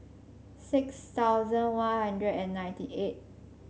six thousand One Hundred and ninety eight